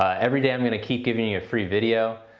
everyday i'm gonna keep giving you a free video.